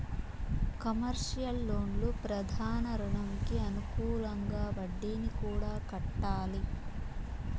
commercial లోన్లు ప్రధాన రుణంకి అనుకూలంగా వడ్డీని కూడా కట్టాలి